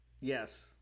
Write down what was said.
Yes